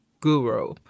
guru